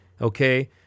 Okay